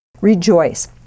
rejoice